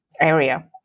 area